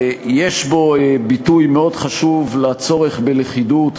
יש בו ביטוי מאוד חשוב לצורך בלכידות,